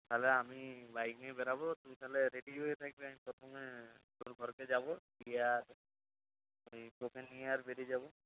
তাহলে আমি বাইক নিয়ে বেরবো তুই তাহলে রেডি হয়ে থাকবি আমি প্রথমে তোর ঘরেতে যাবো গিয়ে আর ওই তোকে নিয়ে আর বেরিয়ে যাবো